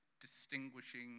distinguishing